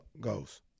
goes